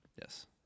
Yes